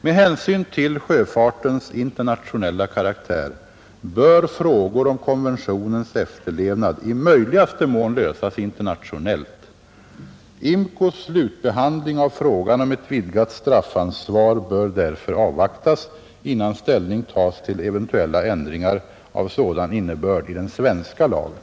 Med hänsyn till sjöfartens internationella karaktär bör frågor om konventionens efterlevnad i möjligaste mån lösas internationellt. IMCO:s slutbehandling av frågan om ett vidgat straffansvar bör därför avvaktas, innan ställning tas till eventuella ändringar av sådan innebörd i den svenska lagen.